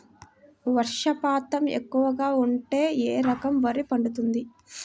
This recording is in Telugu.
వర్షపాతం ఎక్కువగా ఉంటే ఏ రకం వరి పండుతుంది?